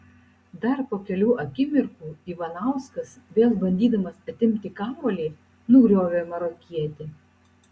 dar po kelių akimirkų ivanauskas vėl bandydamas atimti kamuolį nugriovė marokietį